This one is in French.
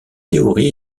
théorie